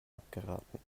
abgeraten